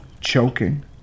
choking